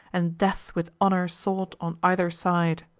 and death with honor sought on either side.